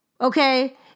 okay